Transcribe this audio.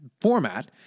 format